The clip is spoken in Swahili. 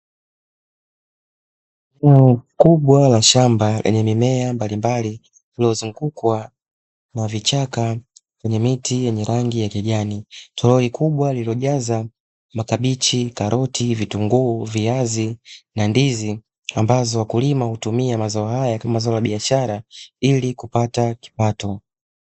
Torori kubwa la shamba lenye mimea ya aina mbalimbali likizungukwa na vichaka kwenye miti ya rangi ya kijani. Torori kubwa lililojaa makabichi, karoti, vitunguu, viazi na ndizi. Wakulima hutumia mazao hayo kama kilimo cha biashara ili kupata kipato.